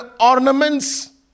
ornaments